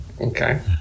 okay